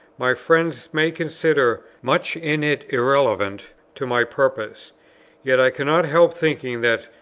my friends may consider much in it irrelevant to my purpose yet i cannot help thinking that,